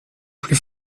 plus